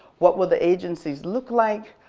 what will the agencies look like,